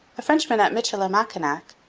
a frenchman at michilimackinac,